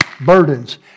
burdens